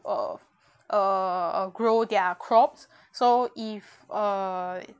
or err grow their crops so if you